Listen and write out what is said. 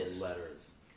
letters